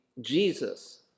jesus